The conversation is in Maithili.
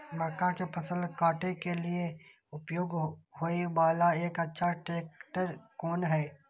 मक्का के फसल काटय के लिए उपयोग होय वाला एक अच्छा ट्रैक्टर कोन हय?